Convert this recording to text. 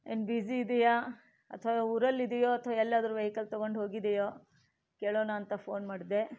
ಏನು ಬ್ಯೂಸಿ ಇದ್ದೀಯಾ ಅಥವಾ ಊರಲ್ಲಿದ್ದಿಯೋ ಅಥವಾ ಎಲ್ಲಾದರೂ ವೆಹಿಕಲ್ ತಗೊಂಡು ಹೋಗಿದ್ದೀಯೋ ಕೇಳೋಣ ಅಂತ ಫೋನ್ ಮಾಡಿದೆ